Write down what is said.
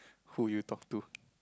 who would you talk to